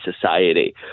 society